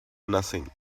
nothing